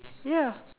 ya